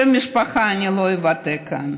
את שם המשפחה אני לא אבטא כאן.